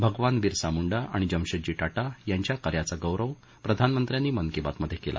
भगवान बिरसा मुंडा आणि जमशेदजी टाटा यांच्या कार्यांचा गौरव प्रधानमंत्र्यांची मन की बात मध्ये केला